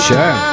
Sure